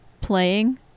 playing